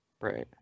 Right